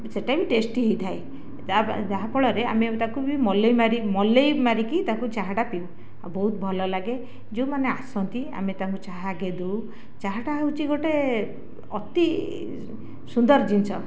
ସେଟାବି ଟେଷ୍ଟି ହେଇଥାଏ ଯାହାଫଳରେ ଆମେ ବି ତାକୁବି ମଲାଇ ମାରି ମଲାଇ ମାରିକି ତାକୁ ଚାହାଟା ପିଉ ଆଉ ବହୁତ ଭଲ ଲାଗେ ଯେଉଁମାନେ ଆସନ୍ତି ଆମେ ତାଙ୍କୁ ଚାହା ଆଗେ ଦେଉ ଚାହାଟା ହେଉଛି ଗୋଟେ ଅତି ସୁନ୍ଦର ଜିନିଷ